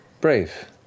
Brave